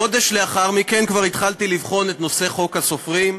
חודש לאחר מכן כבר התחלתי לבחון את נושא חוק הסופרים,